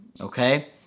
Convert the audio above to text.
okay